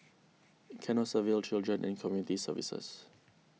Canossaville Children and Community Services